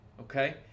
okay